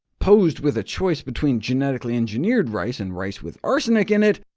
posed with a choice between genetically engineered rice and rice with arsenic in it,